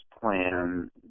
plan